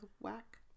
whack